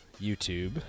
YouTube